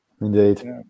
Indeed